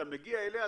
אתה מגיע אליה,